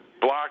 block